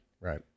Right